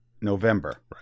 November